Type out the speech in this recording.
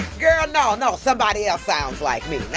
girl, no. no. somebody else sounds like me. now,